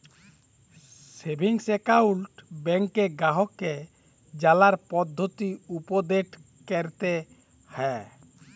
savings account ব্যাংকে গ্রাহককে জালার পদ্ধতি উপদেট ক্যরতে হ্যয়